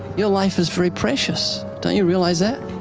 your life is very precious, don't you realize that?